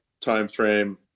timeframe